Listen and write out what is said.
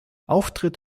auftritt